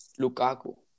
Lukaku